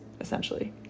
essentially